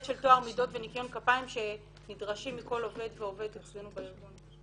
של טוהר מידות וניקיון כפיים שנדרשים מכל עובד ועובד אצלנו בארגון.